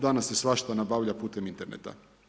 Danas se svašta nabavlja putem interneta.